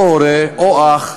או הורה, או אח,